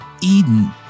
Eden